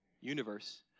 universe